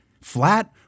Flat